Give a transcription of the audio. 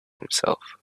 himself